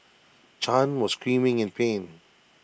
chan was screaming in pain